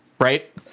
right